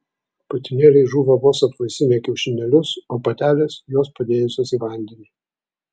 patinėliai žūva vos apvaisinę kiaušinėlius o patelės juos padėjusios į vandenį